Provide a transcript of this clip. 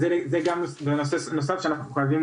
אז זה גם נושא נוסף שאנחנו ממש חייבים